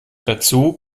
dazu